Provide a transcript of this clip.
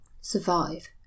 Survive